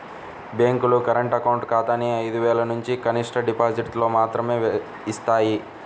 బ్యేంకులు current account ఖాతాని ఐదు వేలనుంచి కనిష్ట డిపాజిటుతో మాత్రమే యిస్తాయి